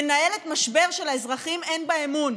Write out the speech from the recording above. מנהלת משבר כשלאזרחים אין בה אמון.